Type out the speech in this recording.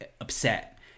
upset